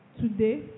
Today